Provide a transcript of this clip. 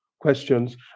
questions